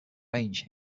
range